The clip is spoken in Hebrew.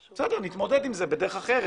בסדר, נתמודד עם זה בדרך אחרת.